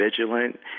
vigilant